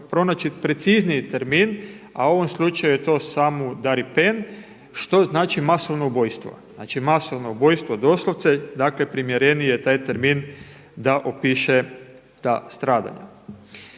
pronaći precizniji termin a u ovom slučaju je to „samudaripen“ što znači masovno ubojstvo. Znači masovno ubojstvo doslovce dakle primjereniji je taj termin da opiše ta stradanja.